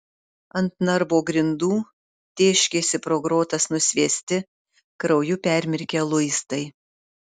ant narvo grindų tėškėsi pro grotas nusviesti krauju permirkę luistai